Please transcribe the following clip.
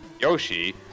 Yoshi